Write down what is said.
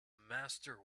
master